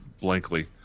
blankly